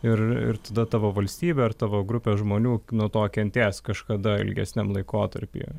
ir ir tada tavo valstybė ar tavo grupė žmonių nuo to kentės kažkada ilgesniam laikotarpyje